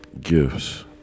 gifts